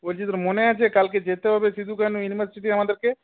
বলছি তোর মনে আছে কালকে যেতে হবে সিধু কানহু ইউনিভার্সিটি আমাদেরকে